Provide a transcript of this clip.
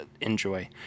enjoy